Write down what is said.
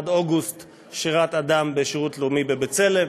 עד אוגוסט שירת אדם בשירות לאומי ב"בצלם".